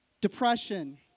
Depression